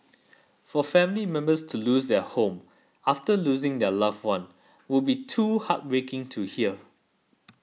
for family members to lose their home after losing their loved one would be too heartbreaking to hear